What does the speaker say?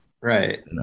Right